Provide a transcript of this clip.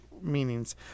meanings